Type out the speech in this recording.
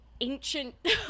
ancient